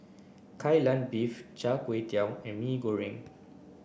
Kai Lan Beef Char Kway Teow and Mee Goreng